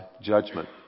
judgment